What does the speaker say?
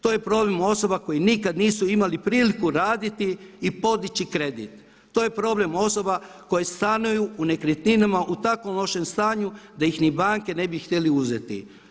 To je problem osoba koje nikada nisu imale priliku raditi i podići kredit, to je problem osoba koje stanuju u nekretninama u tako lošem stanju da ih ni banke ne bi htjele uzeti.